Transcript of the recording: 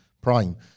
Prime